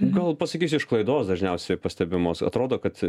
gal pasakysiu iš klaidos dažniausiai pastebimos atrodo kad